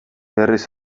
berriz